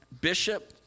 Bishop